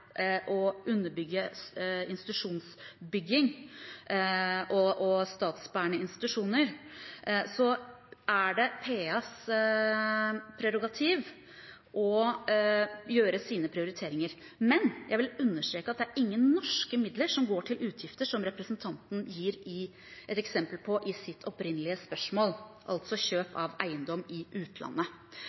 å underbygge institusjonsbygging og statsbærende institusjoner, er det PAs prerogativ å gjøre sine prioriteringer. Men jeg vil understreke at det er ingen norske midler som går til utgifter som representanten gir et eksempel på i sitt opprinnelige spørsmål, altså kjøp av eiendom i utlandet.